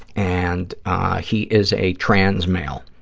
and he is a trans male,